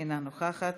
אינה נוכחת,